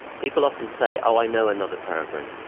people often say, oh i know another peregrine,